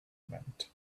meant